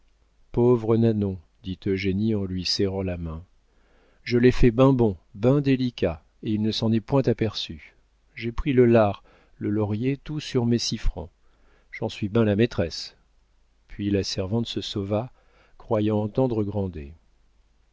pauvre nanon dit eugénie en lui serrant la main je l'ai fait ben bon ben délicat et il ne s'en est point aperçu j'ai pris le lard le laurier tout sur mes six francs j'en suis ben la maîtresse puis la servante se sauva croyant entendre grandet